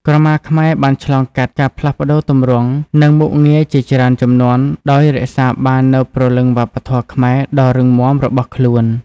ក្រមាខ្មែរបានឆ្លងកាត់ការផ្លាស់ប្តូរទម្រង់ និងមុខងារជាច្រើនជំនាន់ ដោយរក្សាបាននូវព្រលឹងវប្បធម៌ខ្មែរដ៏រឹងមាំរបស់ខ្លួន។